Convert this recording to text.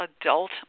adult